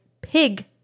pig